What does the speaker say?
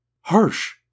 Harsh